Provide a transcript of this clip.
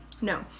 No